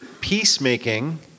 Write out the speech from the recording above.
peacemaking